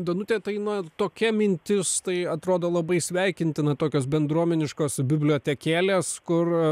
danute tai na tokia mintis tai atrodo labai sveikintina tokios bendruomeniškos bibliotekėlės kur